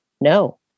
No